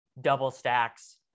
double-stacks